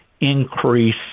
increase